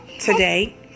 today